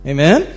Amen